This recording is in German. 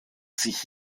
sich